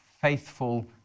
faithful